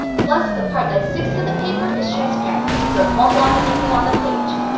plus, the part that sticks to the paper is transparent, so it won't block anything on the page.